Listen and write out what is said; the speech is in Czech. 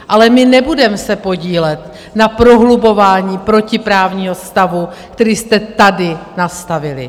Ale my se nebudeme podílet na prohlubování protiprávního stavu, který jste tady nastavili.